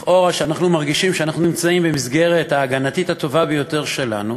לכאורה כשאנחנו מרגישים שאנחנו נמצאים במסגרת ההגנתית הטובה ביותר שלנו,